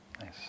Nice